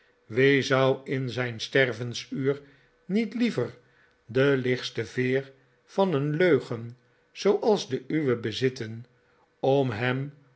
wie zou in zijn stervensuur niet liever de lichtste veer van een leugen zooals de uwe bezitten om hem